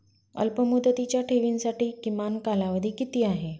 अल्पमुदतीच्या ठेवींसाठी किमान कालावधी किती आहे?